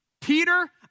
Peter